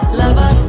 lover